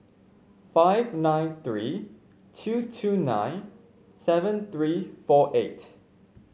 five nine three two two nine seven three four eight